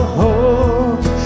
hope